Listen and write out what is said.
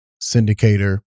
syndicator